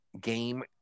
game